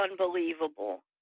unbelievable